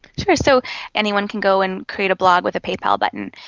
sure, so anyone can go and create a blog with a paypal button,